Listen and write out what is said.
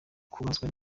kubazwa